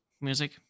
music